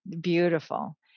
beautiful